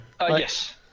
Yes